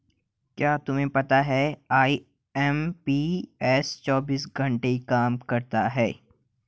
क्या तुम्हें पता है आई.एम.पी.एस चौबीस घंटे काम करता है